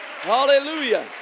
Hallelujah